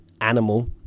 animal